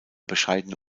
bescheidene